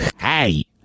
Hey